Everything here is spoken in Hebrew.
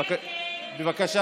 בבקשה,